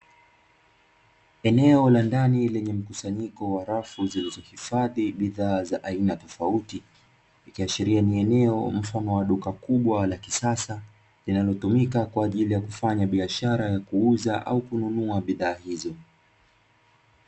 Eneo la ndani lenye mkusanyiko wa rafu zilizo hifadhi badhaa za aina tofauti, ikiashiria ni eneo mfano wa duka kubwa la kisasa linalotumika kwa ajili ya kufanya biashara ya kuuza au kununua bidhaa hizo.